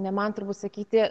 ne man turbūt sakyti